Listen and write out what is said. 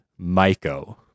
maiko